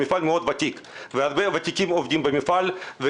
זה מפעל ותיק מאוד והרבה ותיקים עובדים במפעל.